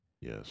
Yes